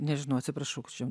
nežinau atsiprašau kad čia